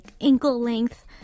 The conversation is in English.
ankle-length